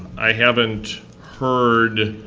i haven't heard